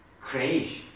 crazy